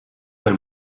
del